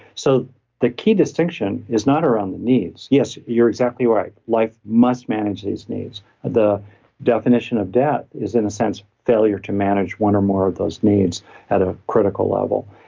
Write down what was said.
so the key distinction is not around the needs. yes, you're exactly right. life must manage these needs the definition of debt is in a sense, failure to manage one or more of those needs at a critical level.